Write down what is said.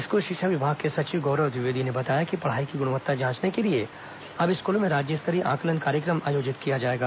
school शिक्षा विभाग के सचिव गौरव द्विवेदी ने बताया कि पढ़ाई की गुणवत्ता जांचने के लिए अब स्कूलों में राज्य स्तरीय आंकलन कार्यक्रम आयोजित किया जाएगा